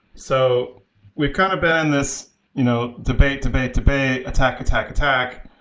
so we're kind of behind this you know debate, debate, debate, attack, attack, attack,